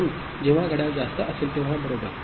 म्हणून जेव्हा घड्याळ जास्त असेल तेव्हा बरोबर